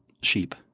sheep